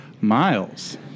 Miles